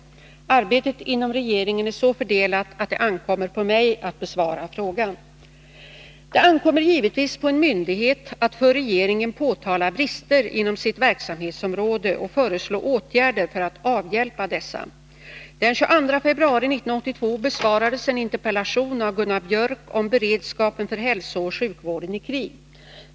Arbetet inom regeringen är så fördelat att det ankommer på mig att besvara frågan. Det ankommer givetvis på en myndighet att för regeringen påtala brister inom sitt verksamhetsområde och föreslå åtgärder för att avhjälpa dessa. Den 22 februari 1982 besvarades en interpellation av Gunnar Biörck om beredskapen för hälsooch sjukvården i krig.